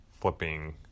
flipping